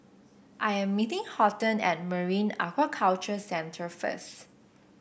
I am meeting Horton at Marine Aquaculture Centre first